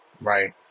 right